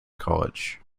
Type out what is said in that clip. college